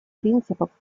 принципов